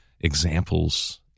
examples